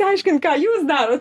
aiškint ką jūs daro